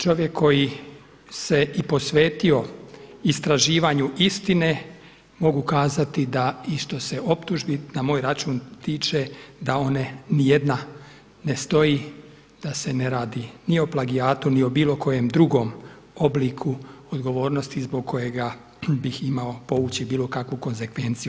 Čovjek koji se i posvetio istraživanju istine mogu kazati da i što se optužbi i na moj račun tiče, da one ni jedna ne stoji, da se ne radi ni o plagijatu, ni o bilo kojem drugom obliku odgovornosti zbog kojega bih imao povući bilo kakvu konzekvenciju.